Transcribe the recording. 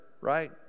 right